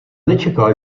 nečekal